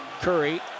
Curry